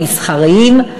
המסחריים.